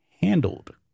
handled